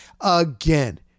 Again